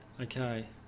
Okay